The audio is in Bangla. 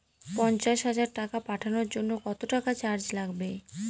পণ্চাশ হাজার টাকা পাঠানোর জন্য কত টাকা চার্জ লাগবে?